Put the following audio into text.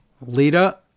Lita